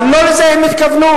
אבל לא לזה הם התכוונו.